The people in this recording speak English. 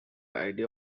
idea